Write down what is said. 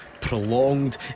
prolonged